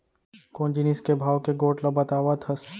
कोन जिनिस के भाव के गोठ ल बतावत हस?